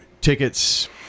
tickets